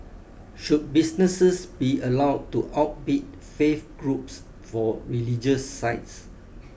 should businesses be allowed to outbid faith groups for religious sites